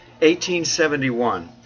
1871